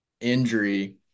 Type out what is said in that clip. injury